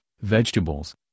vegetables